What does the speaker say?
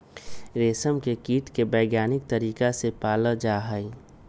रेशम के कीट के वैज्ञानिक तरीका से पाला जाहई